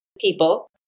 people